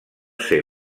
ser